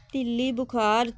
ਤਿੱਲੀ ਬੁਖਾਰ